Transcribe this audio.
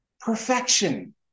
perfection